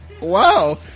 Wow